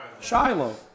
Shiloh